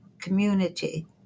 community